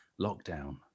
lockdown